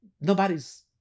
nobody's